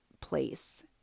place